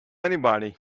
anybody